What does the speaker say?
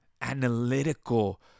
analytical